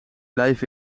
blijven